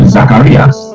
Zacharias